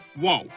whoa